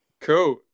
Cool